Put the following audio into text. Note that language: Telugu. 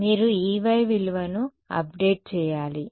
మీరు Ey విలువను అప్డేట్ చేయాలి